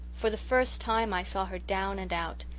for the first time i saw her down and out.